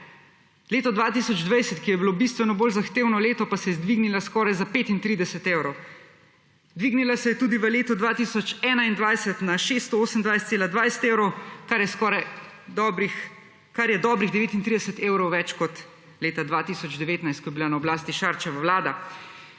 Leto 2020, ki je bilo bistveno bol zahtevno leto pa se je dvignila skoraj za 35 evrov. Dvignila se je tudi v letu 2021 na 628,20 evrov, kar je dobrih 39 evrov več kot leta 2019, ko je bila na oblasti Šarčeva vlada.